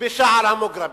בשער המוגרבים,